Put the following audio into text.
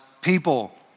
people